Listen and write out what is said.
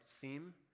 seem